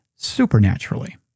supernaturally